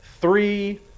Three